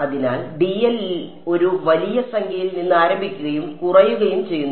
അതിനാൽ dl ഒരു വലിയ സംഖ്യയിൽ നിന്ന് ആരംഭിക്കുകയും കുറയുകയും ചെയ്യുന്നു